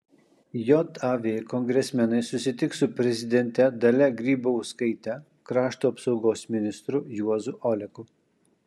jav kongresmenai susitiks su prezidente dalia grybauskaite krašto apsaugos ministru juozu oleku